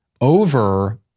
over